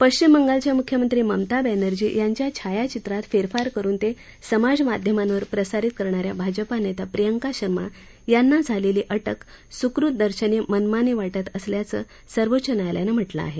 पश्विम बंगालघ्या मुख्यमंत्री ममता बॅनर्जी यांच्या छायाधित्रात फेरफार करुन ते समाजमाध्यमांवर प्रसारित करणाऱ्या भाजपा नेत्या प्रियंका शर्मा यांना झालेली अटक सुकृतदर्शनी मनमानी वाटत असल्याचं सर्वोच्च न्यायालयानं म्हटलं आहे